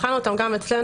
בחנו אותן גם אצלנו,